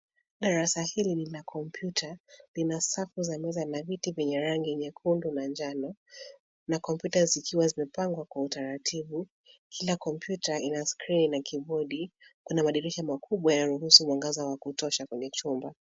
Darasa hili lina kompyuta. Lina safu za meza na viti vyenye rangi nyekundu na njano na kompyuta zikiwa zimepangwa kwa utaratibu. Kila kompyuta ina skrini na kibodi. Kuna madirisha makubwa yanayoruhusu mwangaza wa kutosha kwenye chumba.